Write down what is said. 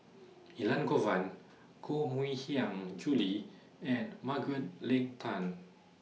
Elangovan Koh Mui Hiang Julie and Margaret Leng Tan